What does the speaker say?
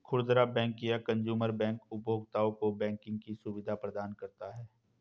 खुदरा बैंक या consumer bank उपभोक्ताओं को बैंकिंग की सुविधा प्रदान करता है